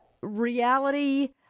reality